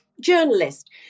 journalist